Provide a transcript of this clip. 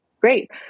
great